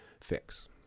fix